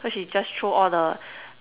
so she just throw all the